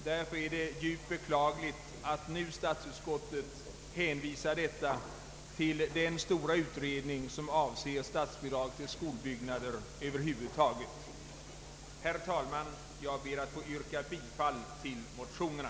Därför är det djupt beklagligt att statsutskottet nu hänvisar till den stora utredning som avser statsbidrag till skolbyggnader över huvud taget. Herr talman! Jag ber att få yrka bifall till motionerna.